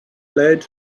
lead